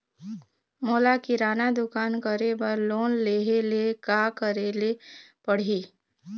मोला किराना दुकान करे बर लोन लेहेले का करेले पड़ही?